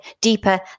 deeper